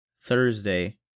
Thursday